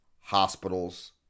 hospitals